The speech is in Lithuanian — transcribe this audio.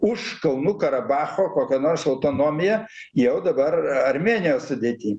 už kalnų karabacho kokia nors autonomija jau dabar armėnijos sudėty